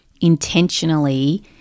intentionally